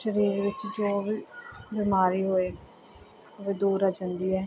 ਸਰੀਰ ਵਿੱਚ ਜੋ ਵੀ ਬਿਮਾਰੀ ਹੋਏ ਉਹ ਦੂਰ ਹੋ ਜਾਂਦੀ ਹੈ